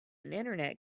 internet